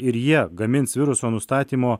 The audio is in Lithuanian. ir jie gamins viruso nustatymo